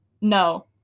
No